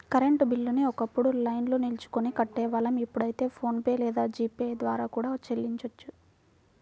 current బిల్లుని ఒకప్పుడు లైన్లో నిల్చొని కట్టేవాళ్ళం ఇప్పుడైతే ఫోన్ పే లేదా జీ పే ద్వారా కూడా చెల్లించొచ్చు